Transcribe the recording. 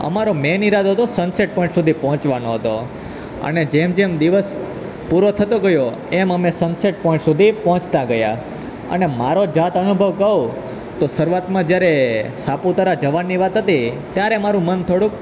અમારો મેઈન ઇરાદો હતો સન સેટ પોઈન્ટ સુધી પહોંચવાનો હતો અને જેમ જેમ દિવસ પૂરો થતો ગયો એમ અમે સન સેટ પોઈન્ટ સુધી પહોંચતા ગયા અને મારો જાત અનુભવ કહું તો શરૂઆતમાં જ્યારે સાપુતારા જવાની વાત હતી ત્યારે મારું મન થોડુંક